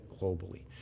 globally